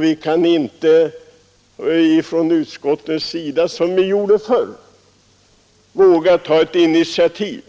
Vi kan inte från utskottets sida, som vi gjorde förr, våga ta ett initiativ